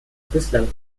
bislang